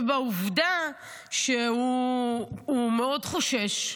ובעובדה שהוא מאוד חושש,